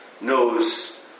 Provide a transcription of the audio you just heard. knows